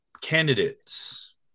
candidates